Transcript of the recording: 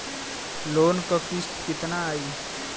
Loan क किस्त कितना आई?